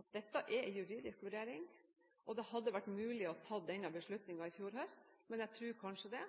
at dette er en juridisk vurdering, og det hadde vært mulig å ta denne beslutningen i fjor høst. Men jeg tror kanskje